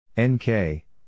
NK